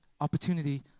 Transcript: opportunity